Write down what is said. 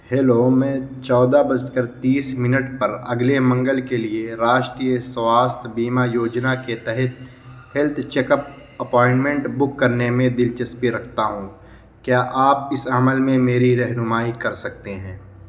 hello میں چودہ بج کر تیس منٹ پر اگلے منگل کے لیے راشٹریہ سواستھ بیمہ یوجنا کے تحت health check up appointment book کرنے میں دلچسپی رکھتا ہوں کیا آپ اس عمل میں میری رہنمائی کر سکتے ہیں